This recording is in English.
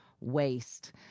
waste